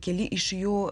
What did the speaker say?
keli iš jų